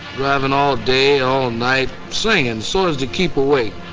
driving all day, all night, singing so as to keep awake.